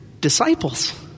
disciples